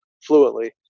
fluently